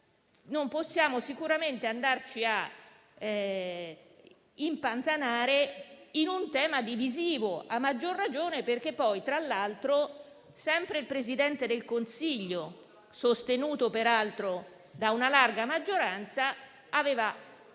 non possiamo sicuramente andarci a impantanare in un tema divisivo, a maggior ragione perché, tra l'altro, sempre il Presidente del Consiglio, sostenuto peraltro da una larga maggioranza, aveva